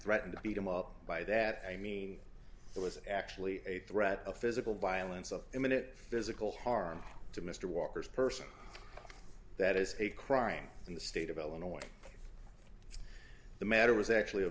threatened to beat him up by that i mean it was actually a threat of physical violence of imminent physical harm to mr walker's person that is a crime in the state of illinois the matter was actually